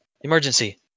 Emergency